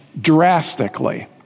drastically